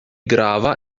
grava